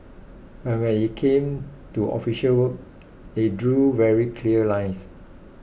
but when it came to official work they drew very clear lines